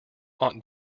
aunt